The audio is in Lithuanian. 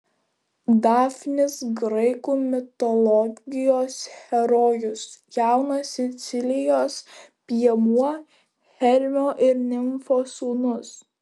dafnis graikų mitologijos herojus jaunas sicilijos piemuo hermio ir nimfos sūnus